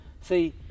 See